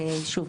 שוב,